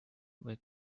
were